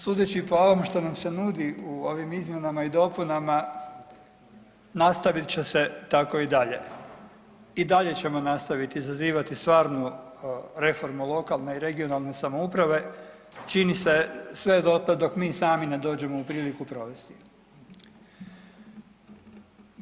Sudeći po ovom što nam se nudi u ovim izmjenama i dopunama nastavit će se tako i dalje, i dalje ćemo nastaviti zazivati stvarnu reformu lokalne i regionalne samouprave, čini se sve dotle dok mi sami ne dođemo u priliku provesti je.